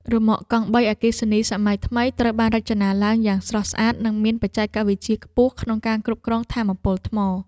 រ៉ឺម៉កកង់បីអគ្គិសនីសម័យថ្មីត្រូវបានរចនាឡើងយ៉ាងស្រស់ស្អាតនិងមានបច្ចេកវិទ្យាខ្ពស់ក្នុងការគ្រប់គ្រងថាមពលថ្ម។